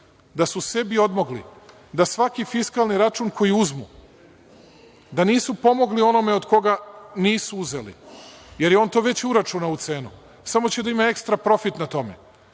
da su sebi odmogli, da svaki fiskalni račun koji uzmu da nisu pomogli onome od koga nisu uzeli, jer je on to već uračunao u cenu, samo će da ima ekstra profit na tome,